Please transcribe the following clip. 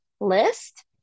list